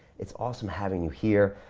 it's awesome having you here.